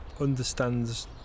understands